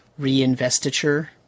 reinvestiture